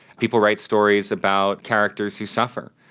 people write stories about characters who suffer,